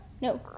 No